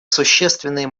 существенные